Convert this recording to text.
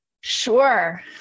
Sure